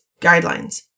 guidelines